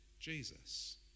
Jesus